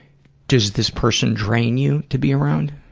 does this person drain you to be around?